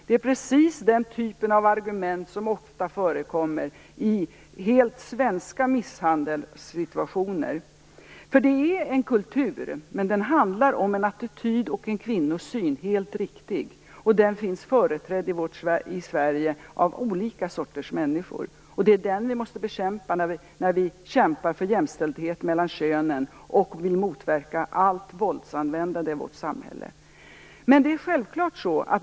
Det är precis den typen av argument som ofta förekommer i helt svenska misshandelssituationer. Det är, helt riktigt, en kultur som handlar om en attityd och en kvinnosyn och den finns företrädd i Sverige av olika sorters människor. Det är den som vi måste bekämpa när vi kämpar för jämställdhet mellan könen och vill motverka allt våldsanvändande i vårt samhälle.